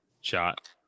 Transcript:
shot